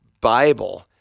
Bible